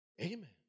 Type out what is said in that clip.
Amen